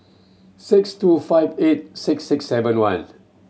six two five eight six six seven one